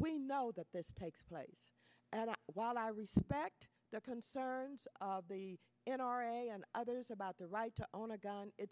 we know that this takes place and while i respect the concerns of the n r a and others about the right to own a gun it